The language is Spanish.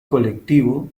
colectivo